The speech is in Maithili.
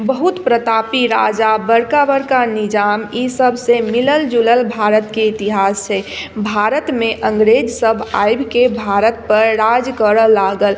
बहुत प्रतापी राजा बड़का बड़का निजाम इसबसँ मिलल जुलल भारतके इतिहास छै भारतमे अंग्रेज सब आबिके भारतपर राज करऽ लागल